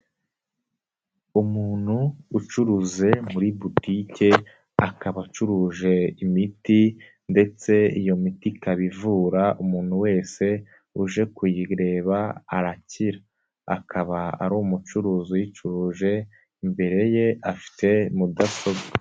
Umuntu ucuruza muri botike, akaba acuruje imiti ndetse iyo miti ikaba ivura, umuntu wese uje kuyireba arakira, akaba ari umucuruzi uyicuruje, imbere ye afite mudasobwa.